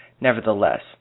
nevertheless